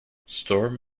storm